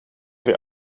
weer